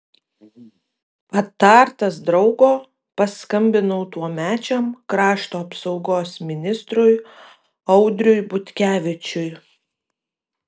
patartas draugo paskambinau tuomečiam krašto apsaugos ministrui audriui butkevičiui